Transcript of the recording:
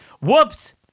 Whoops